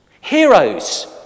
Heroes